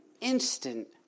instant